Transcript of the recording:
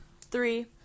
Three